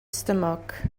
stumog